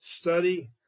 study